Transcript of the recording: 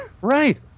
Right